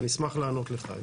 ואני אשמח לענות לך עליהן.